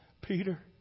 Peter